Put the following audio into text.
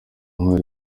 ntwari